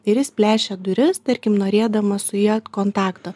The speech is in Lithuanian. ir jis plešia duris tarkim norėdamas su ja kontakto